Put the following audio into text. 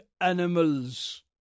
animals